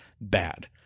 bad